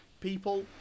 people